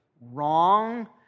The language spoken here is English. wrong